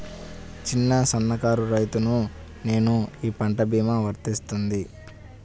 చిన్న సన్న కారు రైతును నేను ఈ పంట భీమా వర్తిస్తుంది?